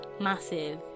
massive